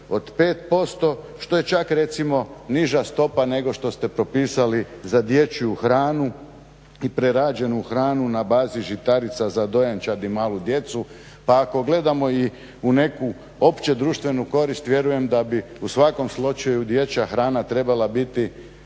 od 5% što je čak recimo niža stopa nego što ste propisali za dječju hranu i prerađenu hranu na bazi žitarica za dojenčad i malu djecu. Pa ako gledamo i u neku opće društvenu korist vjerujem da bi u svakom slučaju dječja hrana trebala biti